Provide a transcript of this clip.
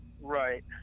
Right